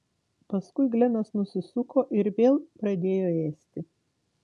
paskui glenas nusisuko ir vėl pradėjo ėsti